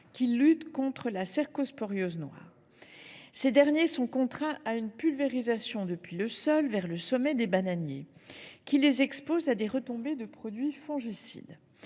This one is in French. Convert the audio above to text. qui luttent contre la cercosporiose noire. Ces derniers sont contraints à une pulvérisation depuis le sol vers le sommet des bananiers, laquelle les expose à des retombées de produits fongicides.